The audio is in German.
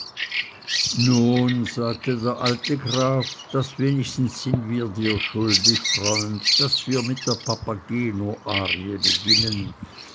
nun sagte der alte graf das wenigstens sind wir dir schuldig freund daß wir mit der papageno arie beginnen